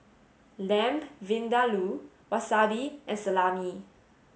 Lamb Vindaloo Wasabi and Salami